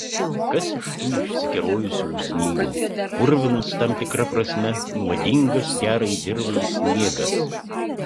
kas iš tų išsikerojusių usnynų purvinas tam tikra prasme nuodingas gerai dirvai sniegas